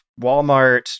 Walmart